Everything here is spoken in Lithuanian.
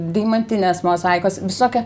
deimantinės mozaikos visokie